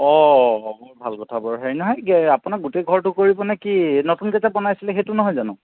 অঁ বহুত ভাল কথা বাৰু হেৰি নহয় এই আপোনাৰ গোটেই ঘৰটো কৰিব নে কি নতুনকৈ যে বনাইছিলে সেইটো নহয় জানোঁ